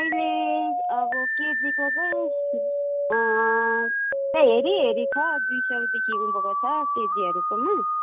अहिले अब केजीको चाहिँ हेरी हेरी छ दुई सयदेखि उँभोको छ केजीहरूकोमा